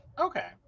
okay